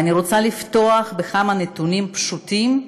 אני רוצה לפתוח בכמה נתונים פשוטים,